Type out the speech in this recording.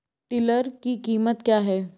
Tiller की कीमत क्या है?